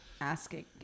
asking